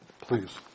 please